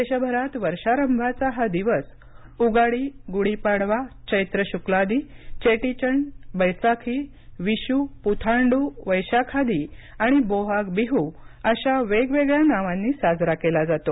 देशभरात वर्षारंभाचा हा दिवस उगाडी गुढी पाडवा चैत्र शुक्लादि चेटी चंड बैसाखी विशू पुथांडू वैशाखादि आणि बोहाग बीहू अशा वेगवेगळ्या नावांनी साजरा केला जातो